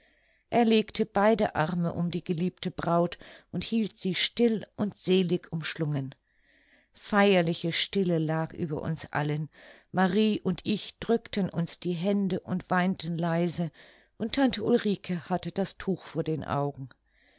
er legte beide arme um die geliebte braut und hielt sie still und selig umschlungen feierliche stille lag über uns allen marie und ich drückten uns die hände und weinten leise und tante ulrike hatte das tuch vor den augen